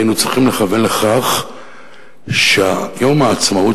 היינו צריכים לכוון לכך שיום העצמאות